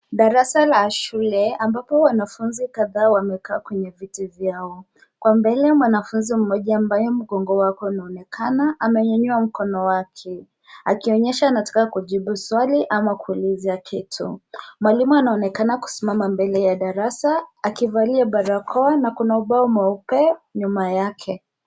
Darasa la shule ambapo wanafunzi kadhaa wamekaa kwenye viti vyao. Kwa mbele mwanafunzi mmoja ambaye mgongo wake unaonekana amenyanyua mkono wake akionyesha anataka kujibu swali ama kuulizia kitu. Mwalimu anaonekana kusimama mbele ya darasa akivalia barakoa na kuna ubao mweupe nyuma yake.